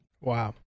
Wow